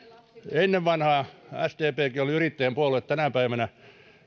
ennen vanhaan sdpkin oli yrittäjän puolue tänä päivänä